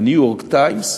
ב"ניו-יורק טיימס",